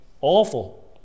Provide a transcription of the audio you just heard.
awful